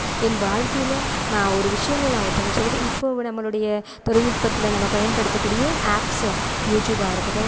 என் வாழ்க்கையில் நான் ஒரு விஷயங்கள் நான் ஒருத்தவர்களுக்கு சொல்லது இப்போது நம்மளுடைய தொழில்நுட்பத்தில் நம்ம பயன்படுத்தக்கூடிய ஆப்ஸு யூடியூப்பாக இருக்கட்டும்